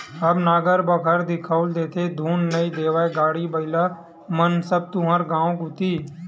अब नांगर बखर दिखउल देथे धुन नइ देवय गाड़ा बइला मन सब तुँहर गाँव कोती